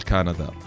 Canada